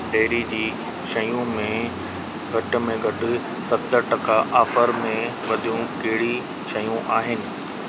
dairy जी शयूं में घटि में घटि सतरि टका जे ऑफर वारियूं कहिड़ियूं शयूं आहिनि